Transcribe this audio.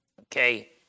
okay